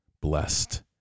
blessed